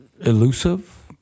elusive